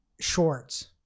Shorts